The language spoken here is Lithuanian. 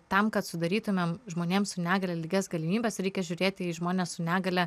tam kad sudarytumėm žmonėm su negalia lygias galimybes reikia žiūrėti į žmones su negalia